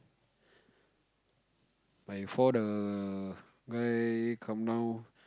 by four the guy calm down